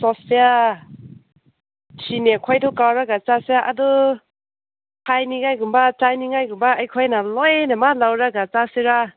ꯁꯣꯐꯤꯌꯥ ꯁꯤꯅꯤ ꯑꯩꯈꯣꯏꯗꯨ ꯀꯧꯔꯒ ꯆꯠꯁꯦ ꯑꯗꯨ ꯁꯥꯏꯅꯤꯡꯉꯥꯏꯒꯨꯝꯕ ꯆꯥꯅꯤꯡꯉꯥꯏꯒꯨꯝꯕ ꯑꯩꯈꯣꯏꯅ ꯂꯣꯏꯅꯃꯛ ꯂꯧꯔꯒ ꯆꯠꯁꯤꯔ